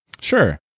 Sure